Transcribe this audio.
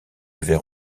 avait